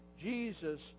Jesus